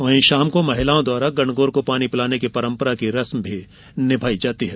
वहीं शाम को महिलाओं द्वारा गणगौर को पानी पिलाने की परम्परा की रस्म निभाई जाती है